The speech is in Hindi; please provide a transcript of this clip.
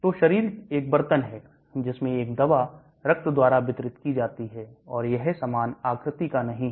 दो शरीर एक बर्तन है जिसमें एक दवा रक्त द्वारा वितरित की जाती है और यह सामान आकृति का नहीं है